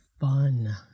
Fun